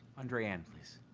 andreanne please.